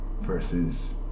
versus